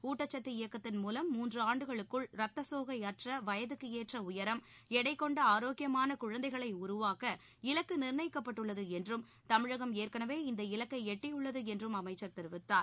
ஊட்டச்சத்து இயக்கத்தின் மூலம் மூன்று ஆண்டுகளுக்குள் ரத்தசோகை அற்ற வயதுக்கு ஏற்ற உயரம் எடை கொண்ட ஆரோக்கியமான குழந்தைகளை உருவாக்க இலக்கு நிர்ணயிக்கப்பட்டுள்ளது என்றும் தமிழகம் ஏற்கனவே இந்த இலக்கை எட்டியுள்ளது என்றும் அமைச்சர் தெரிவித்தார்